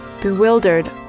Bewildered